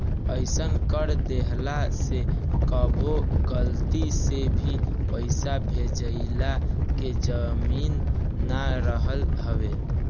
अइसन कर देहला से कबो गलती से भे पईसा भेजइला के उम्मीद ना रहत हवे